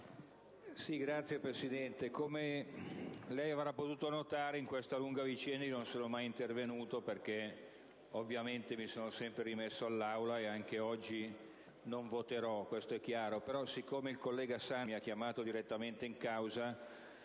come lei avrà potuto notare, in questa lunga vicenda non sono mai intervenuto perché ovviamente mi sono sempre rimesso all'Aula, e anche oggi non voterò. Questo è chiaro. Tuttavia, poiché il collega Sanna mi ha chiamato direttamente in causa,